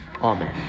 amen